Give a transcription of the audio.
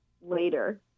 later